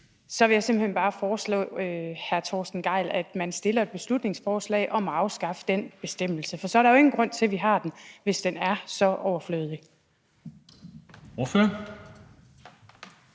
foreslå hr. Torsten Gejl, at man fremsætter et beslutningsforslag om at afskaffe den bestemmelse. For der er jo ingen grund til, at vi har den, hvis den er så overflødig. Kl.